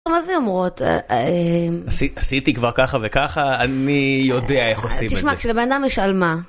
מה זה אומרות? עשיתי כבר ככה וככה, אני יודע איך עושים את זה. תשמע כשלבנאדם יש על מה.